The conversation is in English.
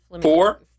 Four